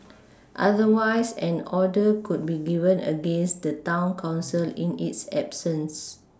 otherwise an order could be given against the town council in its absence